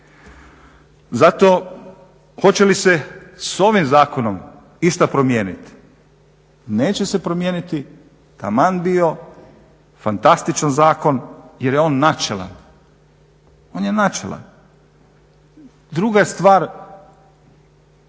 Zato hoće li se s ovim zakonom išta promijeniti? Neće se promijeniti taman bio fantastičan zakon jer je on načelan, on je načelan. Druga stvar,